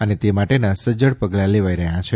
અને તે માટેનાં સજ્જડ પગલાં લેવાઈ રહ્યા છે